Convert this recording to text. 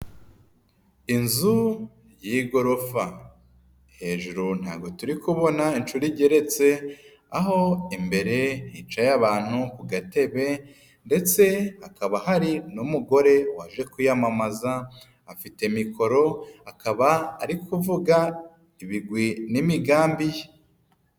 Inzu y'igorofa hejuru ntago turi kubona inshuro igeretse, aho imbere hicaye abantu ku gatebe ndetse hakaba hari n'umugore waje kwiyamamaza, afite mikoro akaba ari kuvuga ibigwi n'imigambi ye.